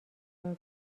دار